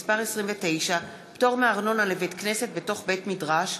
(מס' 29) (פטור מארנונה לבית-כנסת בתוך בית-מדרש),